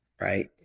right